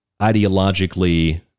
ideologically